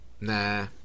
nah